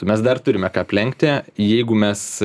mes dar turime ką aplenkti jeigu mes